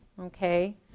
okay